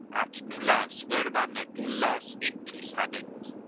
at nullus verba medullas intus habent